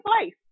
place